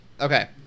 Okay